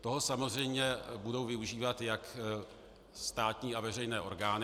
Toho samozřejmě budou využívat jak státní a veřejné orgány.